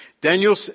Daniel